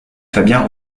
fabien